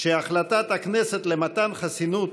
שהחלטת הכנסת למתן חסינות